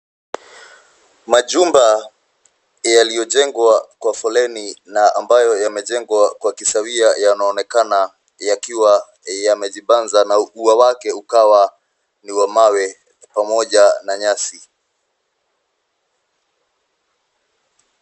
Majumba yaliyojengwa kwa foleni na ambayo yamejengwa kwa kisawia yanaonekana yakiwa yamejibanza na ua wake ukawa ni wa mawe pamoja na nyasi.